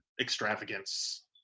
extravagance